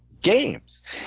games